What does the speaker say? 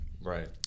Right